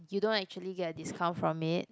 you don't actually get a discount from it